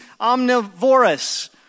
omnivorous